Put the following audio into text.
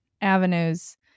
avenues